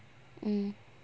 mm